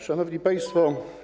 Szanowni Państwo!